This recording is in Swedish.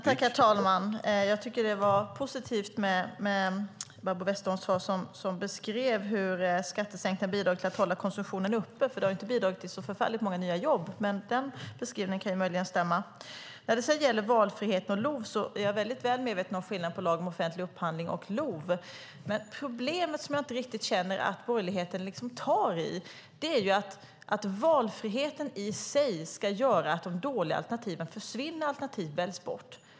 Herr talman! Det var positivt med Barbro Westerholms svar som beskrev hur skattesänkningen har bidragit till att hålla konsumtionen uppe, för den har ju inte bidragit till så förfärligt många nya jobb. Man den beskrivningen kan möjligen stämma. När det gäller valfriheten och LOV är jag väl medveten om skillnaden mellan lagen om offentlig upphandling och LOV. Men problemet, som jag inte riktigt känner att borgerligheten tar tag i, är att LOV i sig ska göra att de dåliga alternativen försvinner eller väljs bort.